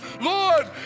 Lord